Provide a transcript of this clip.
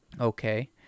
Okay